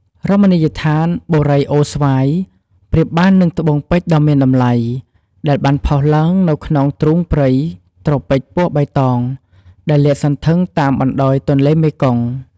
រមណីដ្ឋានបូរីអូរស្វាយ ប្រៀបបាននឹងត្បូងពេជ្រដ៏មានតម្លៃ ដែលបានផុសឡើងនៅក្នុងទ្រូងព្រៃ ត្រូពិចពណ៌បៃតង ដែលលាតសន្ធឹងតាមបណ្តោយទន្លេមេគង្គ។